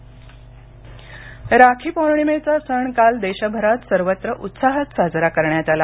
राखी राखी पौर्णिमेचा सण काल देशभरात सर्वत्र उत्साहात साजरा करण्यात आला